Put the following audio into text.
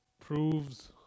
Proves